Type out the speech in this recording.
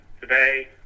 today